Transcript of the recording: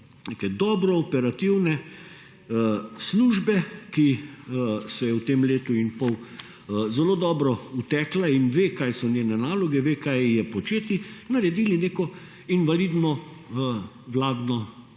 neke dobre operativne službe, ki se v tem letu in pol zelo dobro utekla in ve kaj so njene naloge, ve kaj ji je početi, naredili neko invalidno vladno